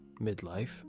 midlife